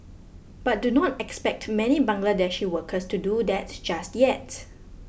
but do not expect many Bangladeshi workers to do that just yet